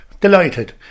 Delighted